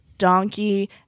donkey